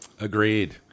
Agreed